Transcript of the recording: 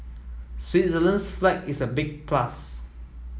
Switzerland's flag is a big plus